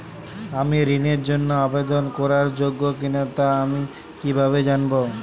আমি ঋণের জন্য আবেদন করার যোগ্য কিনা তা আমি কীভাবে জানব?